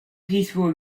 peaceful